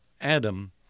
Adam